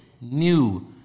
new